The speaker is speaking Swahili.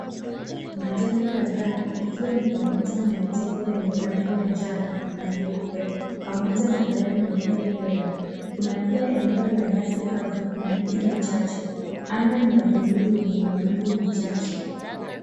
Majengo kadhaa ikiwa ni pamoja na majengo yenye rangi ya njano na nyeupe pamoja na gari nyeupe mbele. Kuna pia eneo la nyasi kavu na miti michache. Anga ni ya buluu yenye mawingu machache.